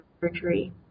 surgery